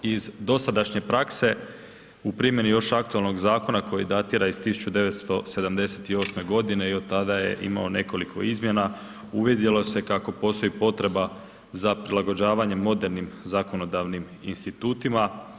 Iz dosadašnje prakse u primjeni još aktualnog zakona koji datira iz 1978. godine i od tada je imao nekoliko izmjena uvidjelo se kako postoji potreba za prilagođavanjem modernim zakonodavnim institutima.